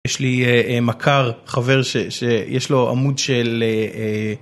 יש לי מכר... חבר... שיש לו עמוד של...